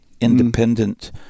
independent